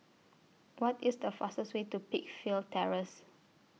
What IS The fastest Way to Peakville Terrace